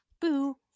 Boo